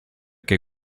que